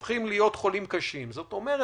כלומר,